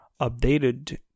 updated